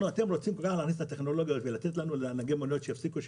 אתם רוצים להכניס את הטכנולוגיה ושנהגי המוניות יפסיקו,